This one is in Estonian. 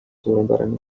suurepärane